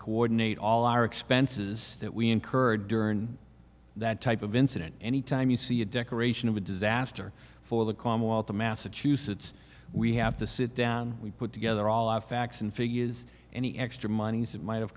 coordinate all our expenses that we incurred dern that type of incident any time you see a decoration of a disaster for the commonwealth of massachusetts we have to sit down we put together all our facts and figures any extra money as it might have